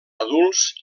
adults